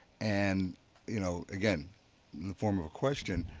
and you know again, in the form of a question,